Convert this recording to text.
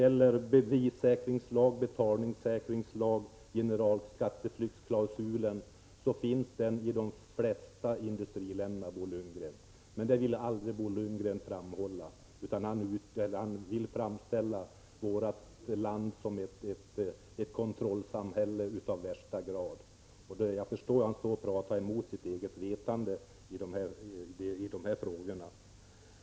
Bevissäkringslag, betalningssäkringslag och generalklausul mot skatteflykt finns i de flesta industriländer, men det vill aldrig Bo Lundgren framhålla. Han vill framställa vårt land som ett kontrollsamhälle av värsta sort, men jag förstår att han talar mot sitt eget vetande i de frågorna.